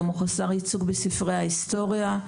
הוא גם חסר ייצוג בספרי ההיסטוריה.